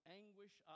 anguish